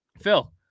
Phil